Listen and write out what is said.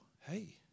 hey